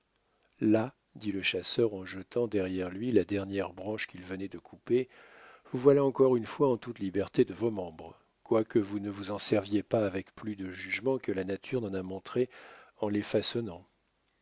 là dit le chasseur en jetant derrière lui la dernière branche qu'il venait de couper vous voilà encore une fois en toute liberté de vos membres quoique vous ne vous en serviez pas avec plus de jugement que la nature n'en a montré en les façonnant